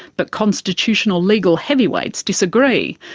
but constitutional legal heavyweights disagree.